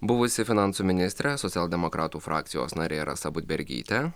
buvusi finansų ministrė socialdemokratų frakcijos narė rasa budbergytė